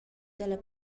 dalla